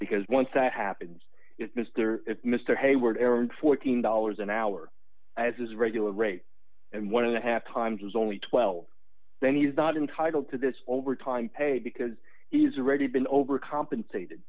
because once that happens is mr mr hayward errand fourteen dollars an hour as his regular rate and one of the half times is only twelve then he's not entitled to this overtime pay because he's already been overcompensated